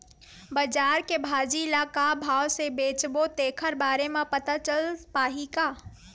बजार में भाजी ल का भाव से बेचबो तेखर बारे में पता चल पाही का?